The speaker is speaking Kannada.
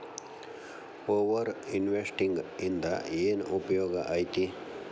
ಓವರ್ ಇನ್ವೆಸ್ಟಿಂಗ್ ಇಂದ ಏನ್ ಉಪಯೋಗ ಐತಿ